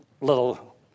little